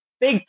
big